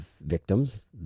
victims